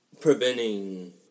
preventing